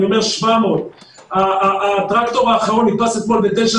אני אומר 700. הטרקטור האחרון נתפס אתמול בתשע